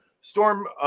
storm